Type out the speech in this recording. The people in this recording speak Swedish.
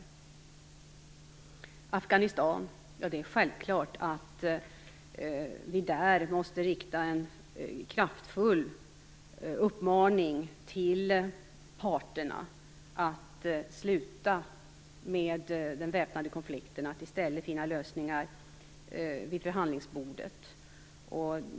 Vad gäller Afghanistan är det självklart att vi måste rikta en kraftfull uppmaning till parterna att sluta med den väpnade konflikten och i stället finna lösningar vid förhandlingsbordet.